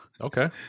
Okay